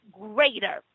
greater